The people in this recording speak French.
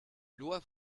loi